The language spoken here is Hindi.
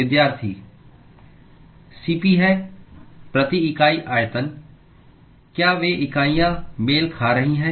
Cp है प्रति इकाई आयतन क्या वे इकाइयाँ मेल खा रही हैं